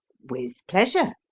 with pleasure,